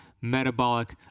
metabolic